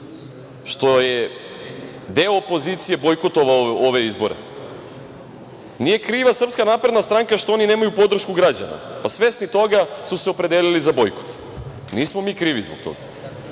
što je deo opozicije bojkotovao ove izbore. Nije kriva SNS što oni nemaju podršku građana, pa svesni toga su se opredelili za bojkot. Nismo mi krivi zbog toga.